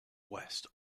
west